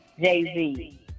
Jay-Z